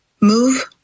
move